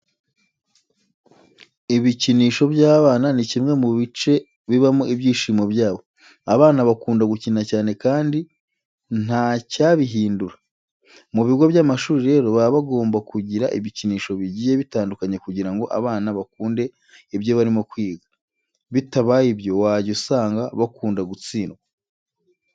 Ibikinisho by'abana ni kimwe mu bice bibamo ibyishimo byabo. Abana bakunda gukina cyane kandi ntacyabihundura. Mu bigo by'amashuri rero baba bagomba kugira ibikinisho bigiye bitandukanye kugira ngo abana bakunde ibyo barimo kwiga, bitabaye ibyo wajya usanga bakunda gutsindwa.